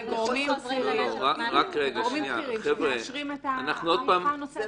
--- אלו גורמים בכירים שמאשרים את ההארכה הנוספת.